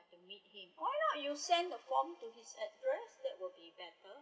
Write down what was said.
had t meet him why not you send the form to his address that will be better